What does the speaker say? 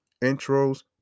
intros